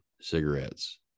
cigarettes